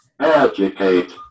educate